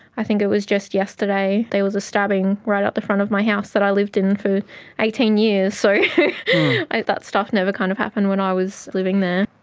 i think it was just yesterday there was a stabbing right out the front of my house that i lived in for eighteen years, so that stuff never kind of happened when i was living there.